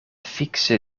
fikse